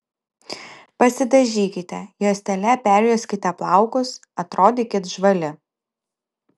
pasidažykite juostele perjuoskite plaukus atrodykit žvali